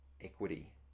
equity